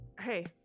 hey